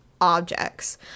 objects